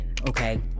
Okay